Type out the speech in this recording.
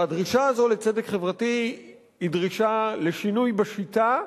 והדרישה הזאת לצדק חברתי היא דרישה לשינוי בשיטה,